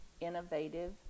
innovative